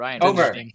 Over